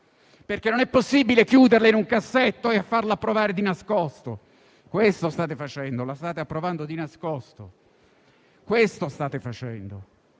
materia. Non è possibile chiuderla in un cassetto e farla approvare di nascosto. Questo state facendo: la state approvando di nascosto. Questo state facendo.